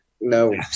No